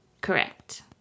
Correct